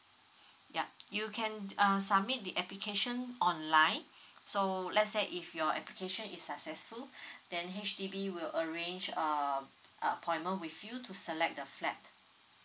ya you can uh submit the application online so let's say if your application is successful then H_D_B will arrange uh a appointment with you to select the flat